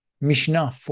Mishnah